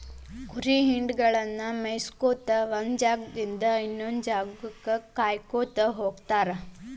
ಕುರಿ ಹಿಂಡಗಳನ್ನ ಮೇಯಿಸ್ಕೊತ ಒಂದ್ ಜಾಗದಿಂದ ಇನ್ನೊಂದ್ ಜಾಗಕ್ಕ ಕಾಯ್ಕೋತ ಹೋಗತಾರ